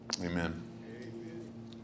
amen